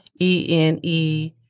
E-N-E